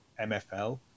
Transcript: MFL